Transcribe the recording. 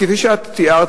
כפי שאת תיארת,